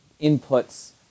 inputs